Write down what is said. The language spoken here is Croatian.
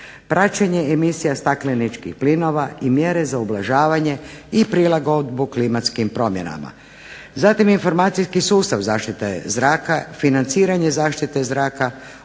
praćenje emisija stakleničkih plinova i mjere za ublažavanje i prilagodbu klimatskim promjenama. Zatim informacijski sustav zaštite zraka, financiranje zaštite zraka,